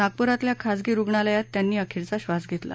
नागपुरातल्या खाजगी रुग्णालयात त्यांनी अखेरचा श्वास घेतला